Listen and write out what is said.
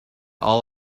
all